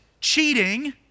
cheating